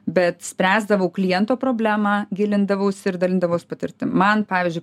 bet spręsdavau kliento problemą gilindavausi ir dalindavaus patirtim man pavyzdžiui